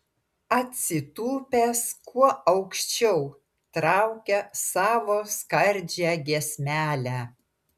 atsitūpęs kuo aukščiau traukia savo skardžią giesmelę